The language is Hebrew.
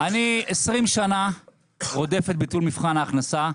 אני 20 שנה רודף את ביטול מבחן ההכנסה.